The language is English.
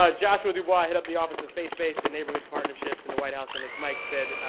ah joshua dubois. i head up the office of faith based and neighborhood partnerships in the white house. and as mike said,